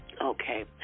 Okay